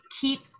keep